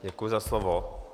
Děkuji za slovo.